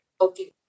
okay